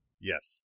Yes